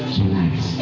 tonight